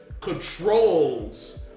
controls